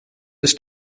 ist